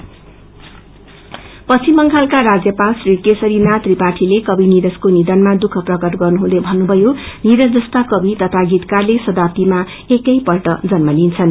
governor पश्चिम बंगालका राज्यपल री केखरीनागि त्रिपाठीले कवि नीरजको निथनमा दुःख प्रकट गर्नुहुत्रदै भन्नुभयो निरज जस्ता कवि तथा गीतकारले शताब्दीमा एकैपल्ट जन्म लिन्छन्